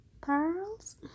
Pearls